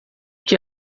que